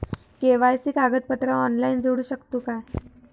KYC कागदपत्रा online जोडू शकतू का?